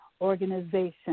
organization